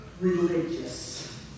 religious